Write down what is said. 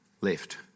left